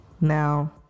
Now